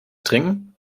trinken